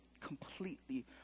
completely